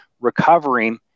recovering